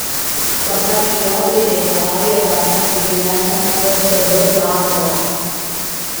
pasak jo tai reikalauja dar patikimesnio fsb darbo